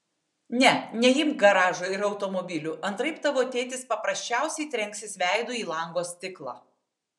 ne neimk garažo ir automobilių antraip tavo tėtis paprasčiausiai trenksis veidu į lango stiklą